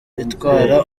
itwara